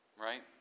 Right